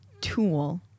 tool